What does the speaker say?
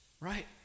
right